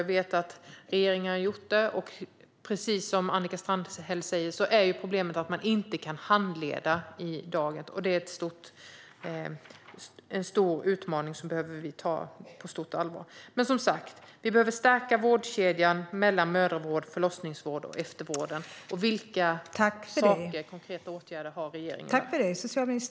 Jag vet att regeringen har gjort det, men precis som Annika Strandhäll säger är problemet att det är brist på handledare i dag. Det är en stor utmaning som vi behöver ta på stort allvar. Vi behöver som sagt stärka vårdkedjan mellan mödravård, förlossningsvård och eftervård. Vilka konkreta åtgärder har regeringen vidtagit?